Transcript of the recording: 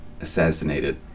assassinated